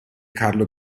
carlo